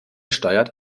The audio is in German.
steuert